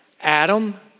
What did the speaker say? Adam